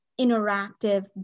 interactive